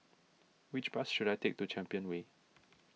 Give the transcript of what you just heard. which bus should I take to Champion Way